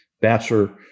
bachelor